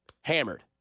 hammered